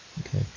Okay